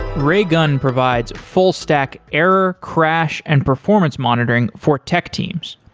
raygun provides full stack, error, crash and performance monitoring for tech teams.